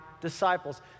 disciples